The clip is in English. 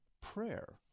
prayer